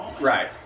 Right